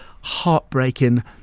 heartbreaking